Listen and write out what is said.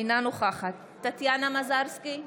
אינה נוכחת טטיאנה מזרסקי,